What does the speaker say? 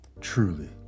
Truly